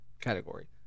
category